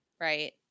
right